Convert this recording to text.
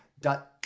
dot